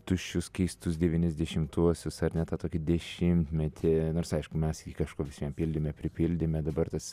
tuščius keistus devyniasdešimtuosius ar ne tą tokį dešimtmetį nors aišku mes jį kažkuo visvien pildėme pripildėme dabar tas